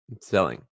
selling